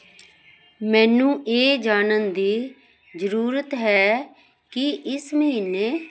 ਮੈਨੂੰ ਇਹ ਜਾਣਨ ਦੀ ਜ਼ਰੂਰਤ ਹੈ ਕਿ ਇਸ ਮਹੀਨੇ